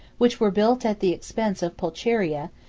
which were built at the expense of pulcheria,